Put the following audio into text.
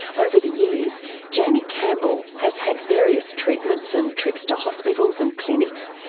over the years jaimie campbell has had various treatments and trips to hospitals and clinics,